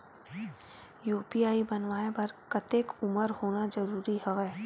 UPI बनवाय बर कतेक उमर होना जरूरी हवय?